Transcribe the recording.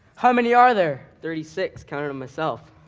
how many are there? thirty six, counted em myself.